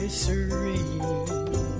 serene